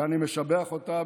שאני משבח אותה,